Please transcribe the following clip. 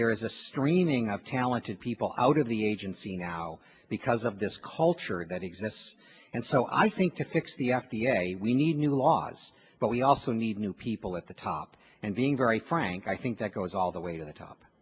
there is a streaming of talented people out of the agency now because of this culture that exists and so i think to fix the f d a we need new laws but we also need new people at the top and being very frank i think that goes all the way to the top